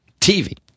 tv